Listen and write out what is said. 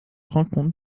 rencontrent